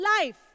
life